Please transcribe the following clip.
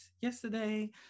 yesterday